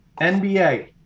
NBA